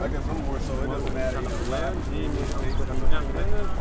है अमा बेदराव होथारनांगौमोन जि मोजां फोरानबाय आङो